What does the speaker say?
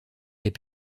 est